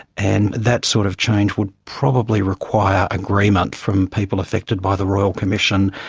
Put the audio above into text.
and that sort of change would probably require agreement from people affected by the royal commission,